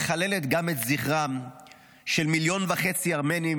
מחללת גם את זכרם של מיליון וחצי ארמנים